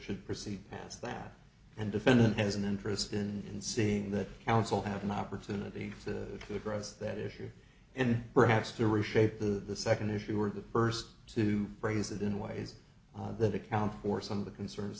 should proceed past that and defendant has an interest in seeing that counsel have an opportunity to to address that issue and perhaps to reshape the second issue or the first to phrase it in ways that account for some of the concerns